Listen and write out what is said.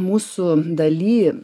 mūsų daly